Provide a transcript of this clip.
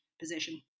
position